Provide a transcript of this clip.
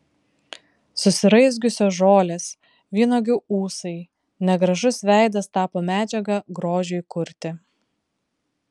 susiraizgiusios žolės vynuogių ūsai negražus veidas tapo medžiaga grožiui kurti